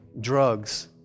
drugs